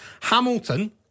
Hamilton